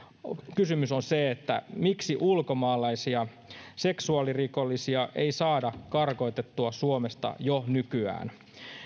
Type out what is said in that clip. kysymys on se miksi ulkomaalaisia seksuaalirikollisia ei saada karkotettua suomesta jo nykyään